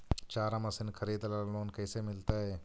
चारा मशिन खरीदे ल लोन कैसे मिलतै?